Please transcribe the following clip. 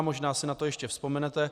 Možná si na to ještě vzpomenete.